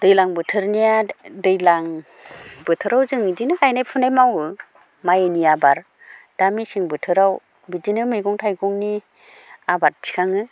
दैज्लां बोथोरनिया दैज्लां बोथोराव जों इदिनो गायनाय फुनाय मावो माइनि आबार दा मेसें बोथोराव बिदिनो मैगं थाइगंनि आबाद थिखाङो